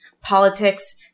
politics